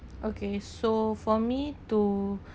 okay so for me to